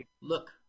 Look